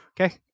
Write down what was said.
Okay